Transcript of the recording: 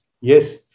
yes